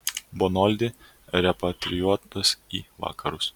bonoldi repatrijuotas į vakarus